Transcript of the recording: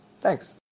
thanks